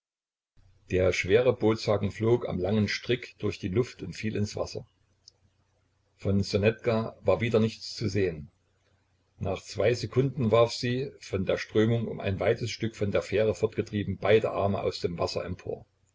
der schwere bootshaken flog am langen strick durch die luft und fiel ins wasser von ssonetka war wieder nichts zu sehen nach zwei sekunden warf sie von der strömung um ein weites stück von der fähre fortgetrieben beide arme aus dem wasser empor